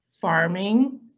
Farming